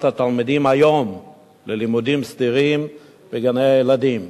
הילדים היום ללימודים סדירים בגני-הילדים.